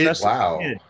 wow